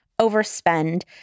overspend